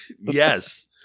yes